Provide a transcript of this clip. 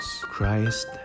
Christ